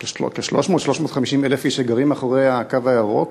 300,000 350,000 איש שגרים מאחורי הקו הירוק,